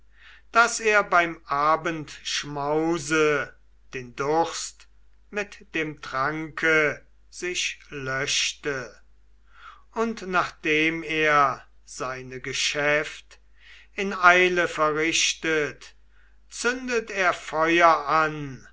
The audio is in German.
daß er beim abendschmause den durst mit dem tranke sich löschte und nachdem er seine geschäft in eile verrichtet zündet er feuer an